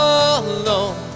alone